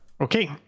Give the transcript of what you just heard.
Okay